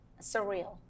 surreal